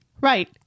right